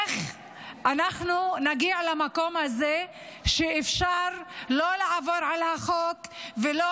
איך אנחנו נגיע למקום הזה שאפשר לא לעבור על החוק ולא